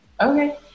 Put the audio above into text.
Okay